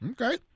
Okay